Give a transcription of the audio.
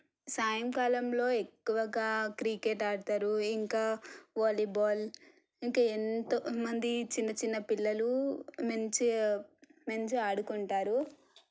సాయంకాలంలో ఎక్కువగా క్రికెట్ ఆడుతారు ఇంకా వాలీబాల్ ఇంక ఎంతోమంది చిన్న చిన్న పిల్లలు మంచిగా మంచిగా ఆడుకుంటారు